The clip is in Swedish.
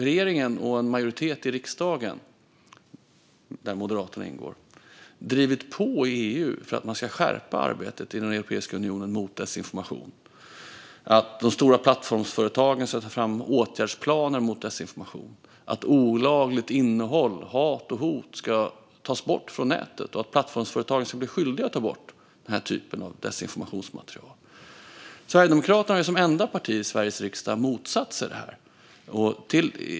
Regeringen och en majoritet i riksdagen har drivit på för att skärpa arbetet inom EU mot desinformation så att de stora plattformsföretagen ska ta fram åtgärdsplaner mot desinformation, att hat och hot ska tas bort från nätet och att plattformsföretagen ska bli skyldiga att ta bort denna typ av desinformationsmaterial. Sverigedemokraterna har som enda parti i Sveriges riksdag motsatt sig detta.